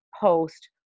post